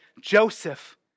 Joseph